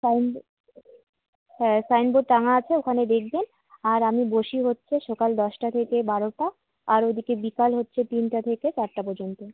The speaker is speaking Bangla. সাইন হ্যাঁ সাইনবোর্ড টাঙা আছে ওখানে দেখবেন আর আমি বসি হচ্ছে সকাল দশটা থেকে বারোটা আর ওদিকে বিকাল হচ্ছে তিনটা থেকে চারটা পর্যন্ত